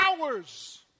hours